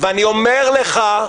ואני אומר לך,